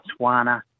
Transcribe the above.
Botswana